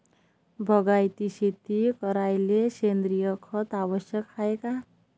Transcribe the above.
बागायती शेती करायले सेंद्रिय खत आवश्यक हाये का?